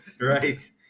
Right